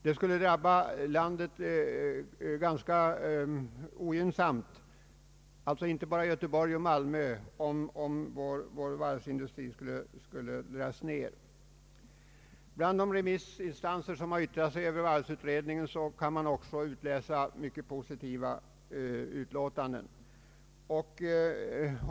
Det skulle drabba landet på ett ganska ogynnsamt sätt — alltså inte bara Göteborg och Malmö — om vår varvsindustri skulle minska i omfång. Bland svaren från de remissinstanser som har ytirat sig över varvsutredningen kan man också finna många positiva utlåtanden.